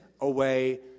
away